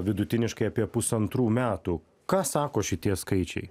vidutiniškai apie pusantrų metų ką sako šitie skaičiai